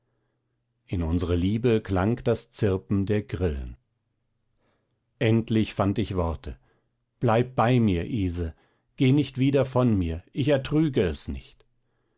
in unsere liebe klang das zirpen der grillen endlich fand ich worte bleib bei mir ise geh nicht wieder von mir ich ertrüge es nicht